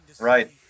Right